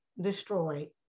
destroyed